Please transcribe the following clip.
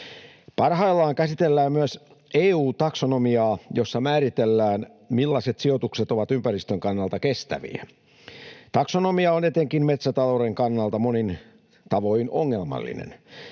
Parhaillaan käsitellään myös EU-taksonomiaa, jossa määritellään, millaiset sijoitukset ovat ympäristön kannalta kestäviä. Taksonomia on etenkin metsätalouden kannalta monin tavoin ongelmallinen.